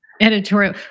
Editorial